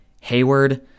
Hayward